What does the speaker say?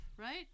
right